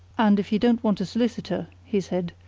and if you don't want a solicitor, he said,